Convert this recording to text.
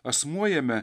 asmuo jame